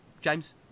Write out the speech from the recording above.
James